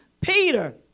Peter